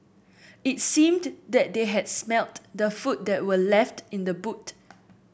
it seemed that they had smelt the food that were left in the boot